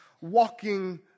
walking